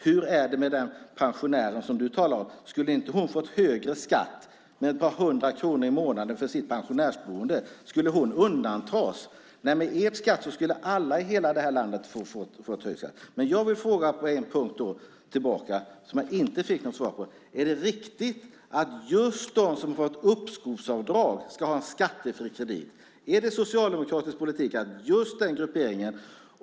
Hur är det med pensionären som du talar om? Skulle inte hon ha fått högre skatt med ett par hundra kronor i månaden för sitt pensionärsboende? Skulle hon undantas? Nej - med er skatt skulle alla i hela landet ha fått högre skatt. Men jag har en fråga som jag inte fick svar på: Är det riktigt att just de som har fått uppskovsavdrag ska ha en skattefri kredit? Är det socialdemokratisk politik att just den grupperingen ska ha det?